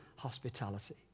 hospitality